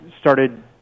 started